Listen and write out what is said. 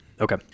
Okay